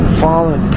fallen